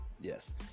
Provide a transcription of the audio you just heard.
Yes